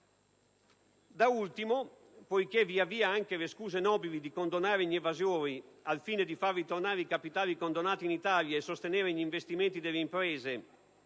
Da ultimo, poiché via via anche le scuse nobili di condonare gli evasori al fine di far ritornare i capitali condonati in Italia e sostenere gli investimenti delle imprese